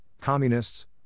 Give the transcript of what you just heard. communists